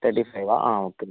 thirty five ആണോ ആ okay